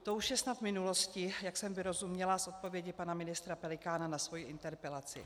To je už snad minulostí, jak jsem vyrozuměla z odpovědi pana ministra Pelikána na svoji interpelaci.